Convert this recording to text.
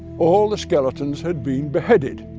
all the skeletons had been beheaded,